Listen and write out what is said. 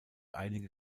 einige